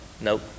Nope